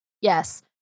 yes